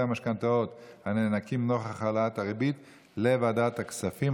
המשכנתאות הנאנקים נוכח העלאת הריבית לוועדת הכספים.